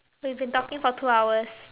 we've been talking for two hours